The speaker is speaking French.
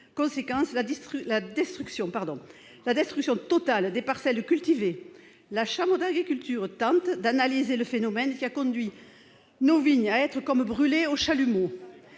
conséquence la destruction totale de parcelles cultivées. La chambre d'agriculture tente d'analyser le phénomène, qui a conduit nos vignes à être comme brûlées au chalumeau.